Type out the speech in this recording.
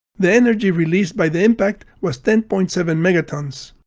the energy released by the impact was ten point seven megatons.